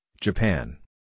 Japan